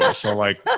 ah so like,